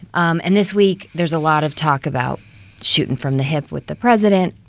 um and this week, there's a lot of talk about shooting from the hip with the president,